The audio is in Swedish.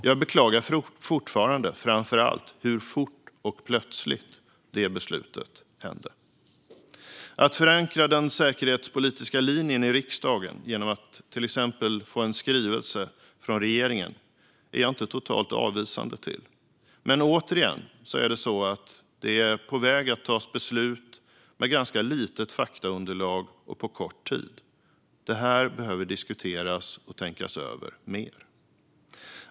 Jag beklagar fortfarande framför allt hur fort och plötsligt det beslutet togs. Att förankra den säkerhetspolitiska linjen i riksdagen, till exempel genom att vi får en skrivelse från regeringen, är jag inte totalt avvisande till. Men återigen är man på väg att fatta beslut med ett ganska litet faktaunderlag och på kort tid. Det här behöver diskuteras och tänkas över mer.